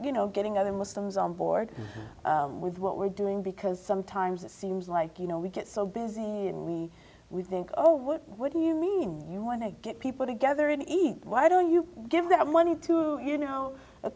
you know getting other muslims on board with what we're doing because sometimes it seems like you know we get so busy and we we think oh what do you mean you want to get people together and eat why don't you give that money to you know a